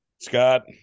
Scott